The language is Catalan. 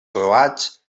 croats